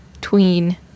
tween